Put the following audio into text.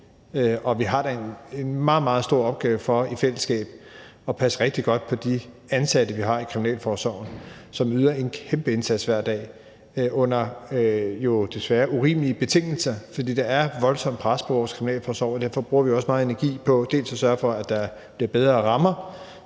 Og vi har da en meget, meget stor opgave med i fællesskab at passe rigtig godt på de ansatte, vi har i kriminalforsorgen, som hver dag yder en kæmpe indsats, jo desværre under urimelige betingelser, fordi der er et voldsomt pres på vores kriminalforsorg. Derfor bruger vi også meget energi på at sørge for, at der bliver bedre rammer,